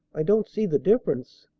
i don't see the difference.